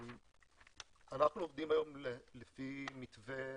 אנחנו עובדים היום לפי מתווה